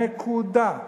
נקודה.